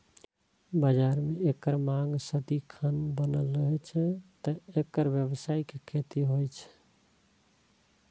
बाजार मे एकर मांग सदिखन बनल रहै छै, तें एकर व्यावसायिक खेती होइ छै